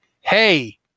hey